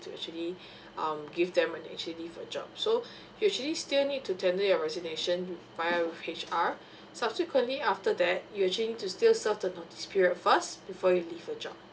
to actually um give them and actually for job so you actually still need to tender your resignation via H R subsequently after that you actually need to still serve the notice period first before you you leave your job